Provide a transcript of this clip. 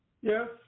Yes